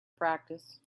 practice